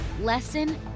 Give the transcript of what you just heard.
Lesson